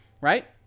right